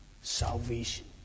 salvation